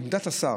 עמדת השר,